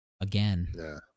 Again